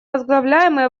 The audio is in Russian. возглавляемый